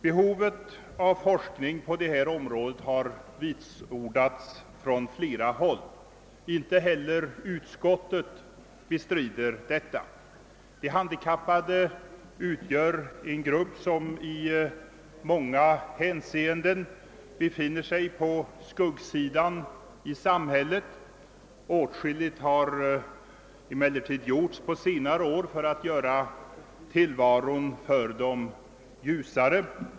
Behovet av forskning på detta område har vitsordats från flera håll. Inte heller utskottet bestrider att ett sådant behov föreligger. De handikappade utgör en grupp som i många hänseenden befinner sig på skuggsidan i samhället. Åtskilligt har emellertid under senare år gjorts för att tillvaron skall bli ljusare för dem.